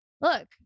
look